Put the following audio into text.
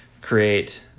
create